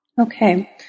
Okay